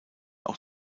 auch